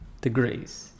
degrees